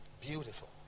Beautiful